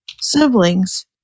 siblings